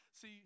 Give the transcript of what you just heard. See